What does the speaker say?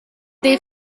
they